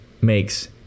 makes